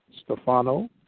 Stefano